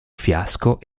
fiasco